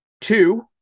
Two